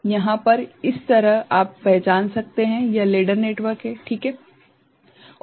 यहाँ पर इस तरफ आप पहचान सकते हैं यह लेडर नेटवर्क है ठीक है